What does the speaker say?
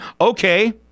Okay